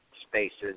spaces